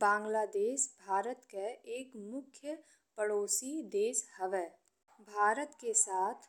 बांग्लादेश भारत के एक मुखिया पड़ोसी देश हवे। भारत के साथ